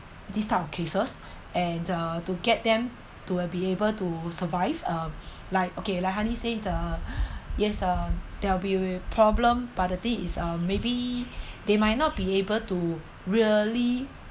this type of cases and uh to get them to a be able to survive uh like okay like hani say the yes uh there will be problem but the thing is uh maybe they might not be able to really